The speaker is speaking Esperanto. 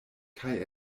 kaj